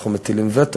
אנחנו מטילים וטו,